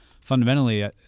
fundamentally